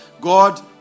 God